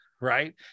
right